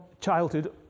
childhood